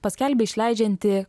paskelbė išleidžianti